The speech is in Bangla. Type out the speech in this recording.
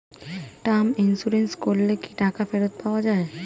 টার্ম ইন্সুরেন্স করলে কি টাকা ফেরত পাওয়া যায়?